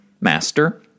Master